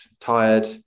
tired